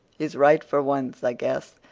he's right for once, i guess,